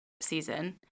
season